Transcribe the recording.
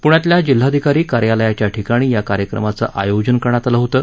प्ण्यातल्या जिल्हाधिकारी कार्यालयाच्या ठिकाणी या कार्यक्रमाचं योजन करण्यात लं होतं